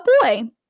boy